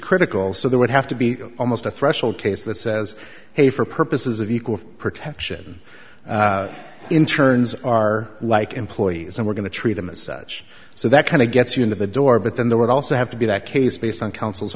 critical so there would have to be almost a threshold case that says hey for purposes of equal protection in turns are like employees and we're going to treat them as such so that kind of gets you into the door but then there would also have to be that case based on counsel's